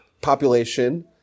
population